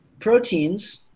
proteins